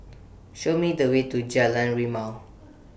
Show Me The Way to Jalan Rimau